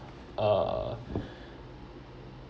uh